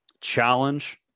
challenge